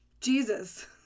Jesus